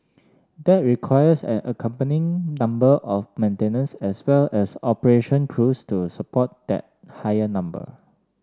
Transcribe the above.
that requires an accompanying number of maintenance as well as operation crews to support that higher number